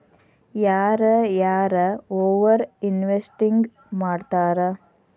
ಯಾರ ಯಾರ over investing ಮಾಡ್ತಾರಾ